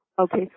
Okay